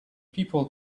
people